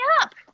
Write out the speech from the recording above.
up